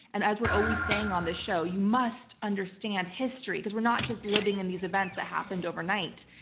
and as we're always saying on this show, you must understand history, because we're not just living in these events that happened overnight.